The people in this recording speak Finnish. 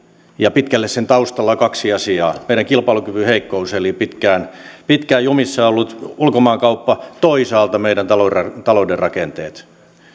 ja pitkälle sen taustalla on kaksi asiaa meidän kilpailukyvyn heikkous eli pitkään pitkään jumissa ollut ulkomaankauppa toisaalta meidän talouden rakenteet